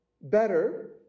better